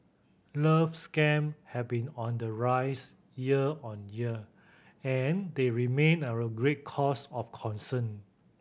love scam have been on the rise year on year and they remain a great cause of concern